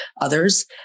others